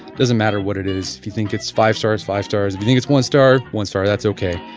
doesn't matter what it is. if you think it's five stars, five stars. if you think it's one star, one star. that's okay,